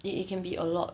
it it can be a lot